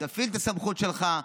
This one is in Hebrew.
תפעיל את הסמכות שלך,